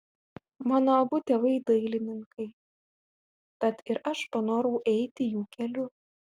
mano abu tėvai dailininkai tad ir aš panorau eiti jų keliu